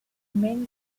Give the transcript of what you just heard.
main